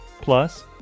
Plus